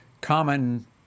common